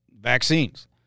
vaccines